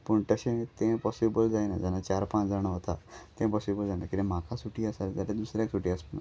पूण तशें तें पॉसिबल जायना जेन्ना चार पांच जाणां वता तें पॉसिबल जायना किद्या म्हाका सुटी आसा जाल्यार दुसऱ्याक सुटी आसपाना